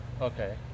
Okay